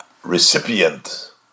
recipient